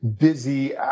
busy